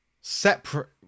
separate